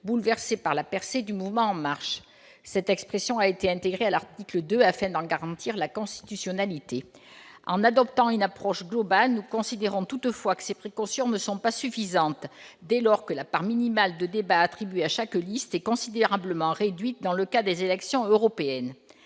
bouleversé par la percée du mouvement En Marche ! Cette expression a été intégrée à la rédaction de l'article 2 afin d'en garantir la constitutionnalité. En adoptant une approche globale, nous considérons toutefois que ces précautions ne sont pas suffisantes, dès lors que la part minimale de temps de parole attribuée à chaque liste est considérablement réduite dans le cas des élections européennes.